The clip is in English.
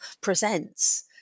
presents